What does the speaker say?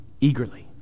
eagerly